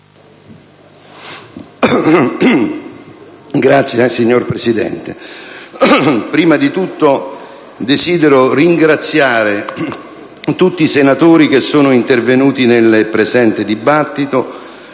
Signor Presidente, prima di tutto desidero ringraziare tutti i senatori che sono intervenuti nel presente dibattito